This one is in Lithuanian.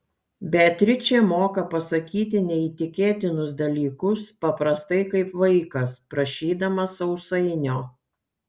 beatričė moka pasakyti neįtikėtinus dalykus paprastai kaip vaikas prašydamas sausainio